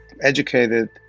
educated